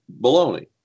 baloney